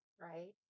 right